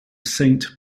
saint